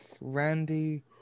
Randy